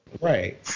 Right